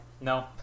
no